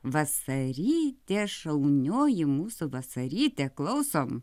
vasarytė šaunioji mūsų vasarytė klausom